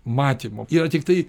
matymo yra tiktai